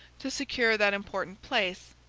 to secure that important place,